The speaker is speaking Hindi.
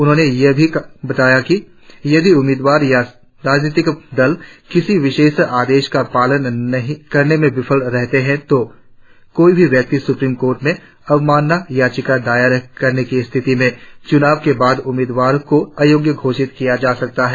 उन्होंने यह भी बताया कि यदि उम्मीदवार या राजनीतिक दल किसी विशेष आदेश का पालन करने में विफल रहते हैं तो कोई भी व्यक्ति सुप्रीम कोर्ट में अवमानना याचिका दायर करने की स्थिति में चुनाव के बाद उम्मीदवारों को आयोग्य घोषित किया जा सकता है